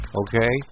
okay